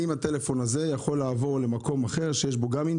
עם הטלפון הזה שלי אני יכול לעבור למקום